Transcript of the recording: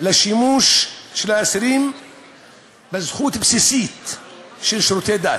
לשימוש של האסירים בזכות בסיסית של שירותי דת,